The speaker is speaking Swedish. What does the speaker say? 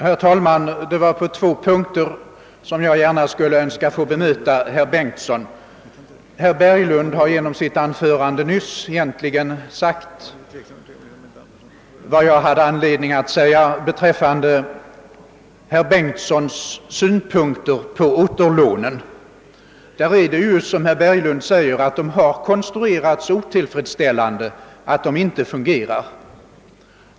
Herr talman! Jag bad om ordet för att bemöta herr Bengtsson i Landskrona på två punkter. Herr Berglund har dock i sitt anförande nyss egentligen sagt vad jag hade anledning invända beträffande herr Bengtssons synpunkter på återlånen. Som herr Berglund säger har de ju konstruerats så otillfredsställande, att de inte fungerar för de mindre företagens del.